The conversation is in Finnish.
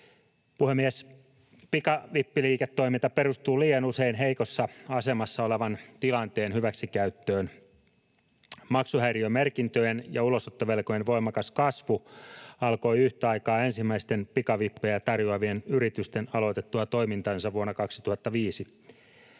Pikavippiliiketoiminta perustuu liian usein heikossa asemassa olevan tilanteen hyväksikäyttöön. Maksuhäiriömerkintöjen ja ulosottovelkojen voimakas kasvu alkoi yhtä aikaa ensimmäisten pikavippejä tarjoavien yritysten aloitettua toimintansa vuonna 2005.